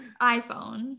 iPhone